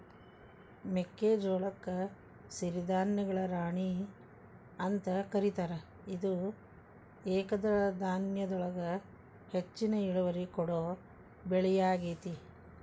ಮೆಕ್ಕಿಜೋಳಕ್ಕ ಸಿರಿಧಾನ್ಯಗಳ ರಾಣಿ ಅಂತ ಕರೇತಾರ, ಇದು ಏಕದಳ ಧಾನ್ಯದೊಳಗ ಹೆಚ್ಚಿನ ಇಳುವರಿ ಕೊಡೋ ಬೆಳಿಯಾಗೇತಿ